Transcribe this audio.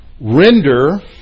Render